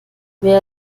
wer